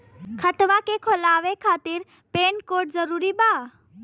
खतवा के खोले खातिर पेन कार्ड जरूरी बा?